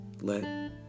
let